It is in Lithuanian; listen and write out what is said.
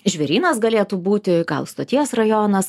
žvėrynas galėtų būti gal stoties rajonas